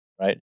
right